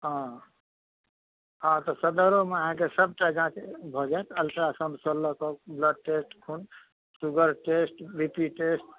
हँ हँ तऽ सदरोमे अहाँके सबटा जाँच भऽ जाएत अल्ट्रासाउण्डसँ लऽ कऽ ब्लड टेस्ट खून sugar test B P test